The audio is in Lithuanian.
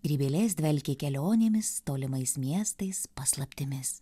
ir vėlės dvelkė kelionėmis tolimais miestais paslaptimis